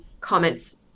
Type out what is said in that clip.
comments